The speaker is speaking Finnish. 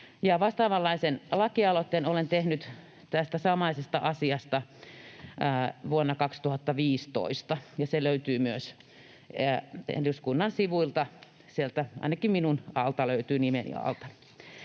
Vastaavanlaisen lakialoitteen olen tehnyt tästä samaisesta asiasta vuonna 2015, ja se löytyy myös eduskunnan sivuilta ainakin sieltä minun nimeni alta.